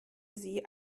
sie